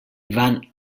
van